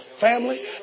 family